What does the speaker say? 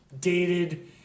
dated